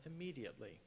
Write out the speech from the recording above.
immediately